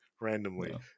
randomly